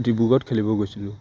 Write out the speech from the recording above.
ডিব্ৰুগড়ত খেলিবলৈ গৈছিলোঁ